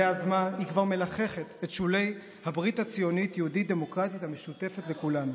היא כבר מלחכת את שולי הברית הציונית-יהודית-דמוקרטית המשותפת לכולנו.